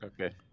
Okay